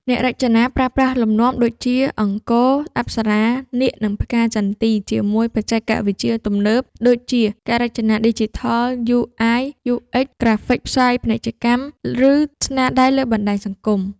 អ្នករចនាប្រើប្រាស់លំនាំដូចជា អង្គរ អប្សរា នាគ និងផ្កាចន្ទី ជាមួយបច្ចេកវិទ្យាទំនើប ដូចជា ការរចនាឌីជីថល UI UX ក្រាហ្វិកផ្សាយពាណិជ្ជកម្ម ឬស្នាដៃលើបណ្តាញសង្គម។